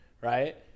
right